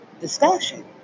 discussion